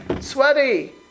Sweaty